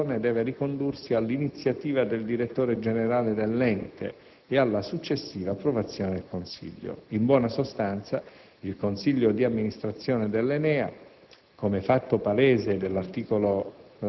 Trattasi, peraltro, di atti la cui adozione deve ricondursi all'iniziativa del direttore generale dell'ente e alla successiva approvazione del consiglio. In buona sostanza, il consiglio d'amministrazione dell'ENEA,